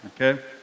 okay